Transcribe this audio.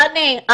דני,